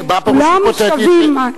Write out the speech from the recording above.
כולם שווים.